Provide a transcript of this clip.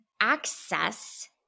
access